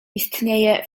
istnieję